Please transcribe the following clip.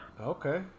Okay